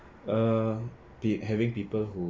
err be~ having people who